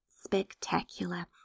spectacular